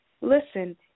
Listen